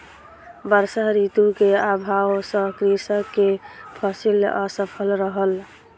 वर्षा ऋतू के अभाव सॅ कृषक के फसिल असफल रहल